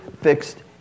fixed